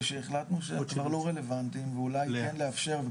שהחלטנו שהם כבר לא רלוונטיים ואולי כן לאפשר,